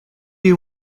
you